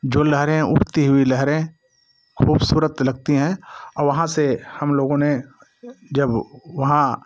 जो लहरें उठती हुई लहरें खूबसूरत लगती हैं और वहाँ से हम लोगों ने जब वहाँ